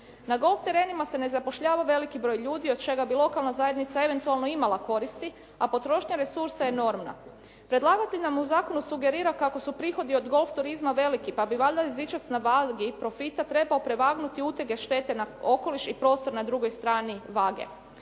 Na golf terenima se ne zapošljava veliki broj ljudi od čega bi lokalna zajednica eventualno imala koristi a potrošnja resursa je enormna. Predlagatelj nam u zakonu sugerira kako su prihodi od golf turizma veliki pa bi valjda jezičac na vagi profita trebao prevagnuti utege štete na okoliš i prostor na drugoj strani vage.